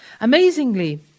Amazingly